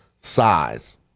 size